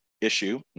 issue